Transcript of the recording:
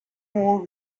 more